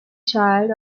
child